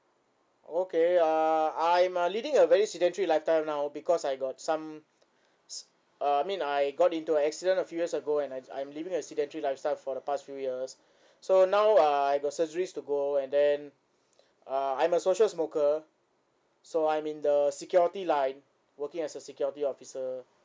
okay uh I'm uh leading a very sedentary lifestyle now because I got some s~ uh I mean I got into an accident a few years ago and I I'm living a sedentary lifestyle for the past few years so now uh I got surgeries to go and then uh I'm a social smoker so I'm in the security line working as a security officer